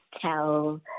tell